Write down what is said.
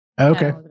Okay